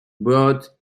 brought